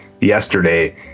yesterday